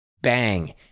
Bang